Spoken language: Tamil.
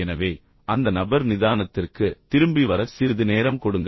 எனவே அந்த நபர் நிதானத்திற்கு திரும்பி வர சிறிது நேரம் கொடுங்கள்